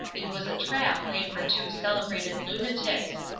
it was a trap laid for two celebrated lunatics.